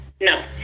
No